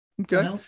Okay